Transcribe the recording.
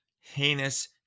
heinous